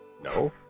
No